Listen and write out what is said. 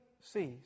sees